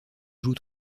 joue